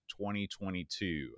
2022